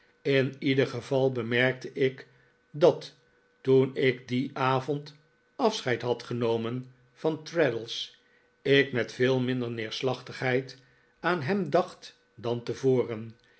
in ieder geval bemerkte ik dat toen ik dien avond afscheid had genomen van traddles ik met veel minder neerslachtigheid aan hem dacht dan tevoren